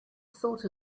thought